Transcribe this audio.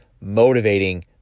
motivating